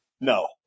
No